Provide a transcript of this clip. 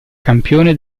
campione